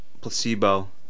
placebo